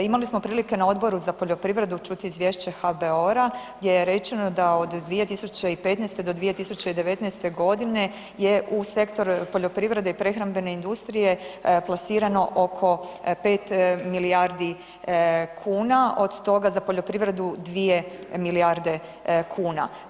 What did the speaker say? Imali smo prilike na Odboru na poljoprivredu čuti izvješće HBOR-a gdje je rečeno da od 2015. do 2019. g. je u sektor poljoprivrede i prehrambene industrije plasirano oko 5 milijardi kuna, od toga za poljoprivredu 2 milijarde kuna.